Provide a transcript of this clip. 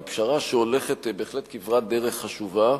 היא פשרה שהולכת בהחלט כברת דרך חשובה,